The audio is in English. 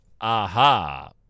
aha